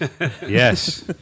Yes